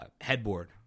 headboard